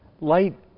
light